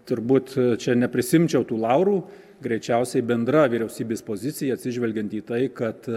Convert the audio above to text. turbūt čia neprisiimčiau tų laurų greičiausiai bendra vyriausybės pozicija atsižvelgiant į tai kad